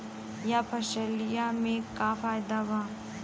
यह फसलिया में का फायदा बा?